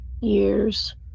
years